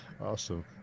Awesome